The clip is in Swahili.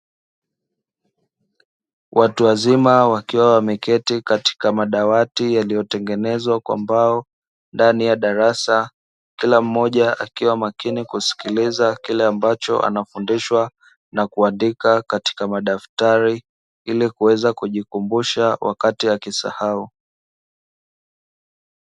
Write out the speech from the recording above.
Watu wazima wakiwa wameketi katika madawati yaliyotengenezwa kwa mbao ndani ya darasa, kila mmoja akiwa makini kusikiliza kile ambacho anafundishwa na kuandika katika madaftari ili kuweza kujikumbusha wakati akisahau.